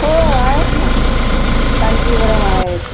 हो आहेत ना कांजीवरम आहेत